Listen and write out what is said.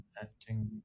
acting